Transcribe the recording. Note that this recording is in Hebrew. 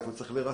איפה צריך לרסן.